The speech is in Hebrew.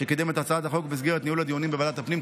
שקידם את הצעת החוק במסגרת ניהול הדיונים בוועדת הפנים.